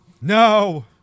No